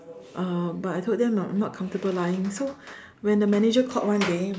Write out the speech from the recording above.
uh but I told them not not comfortable lying so when the manager called one day